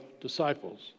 disciples